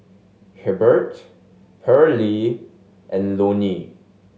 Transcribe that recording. Hebert Paralee and Loney